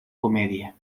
comedia